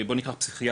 בואו ניקח פסיכיאטר,